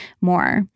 more